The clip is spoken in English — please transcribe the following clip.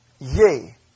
yea